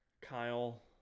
Kyle